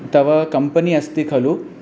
तव कम्पनी अस्ति खलु